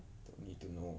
don't need to know